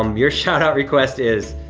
um your shout-out request is,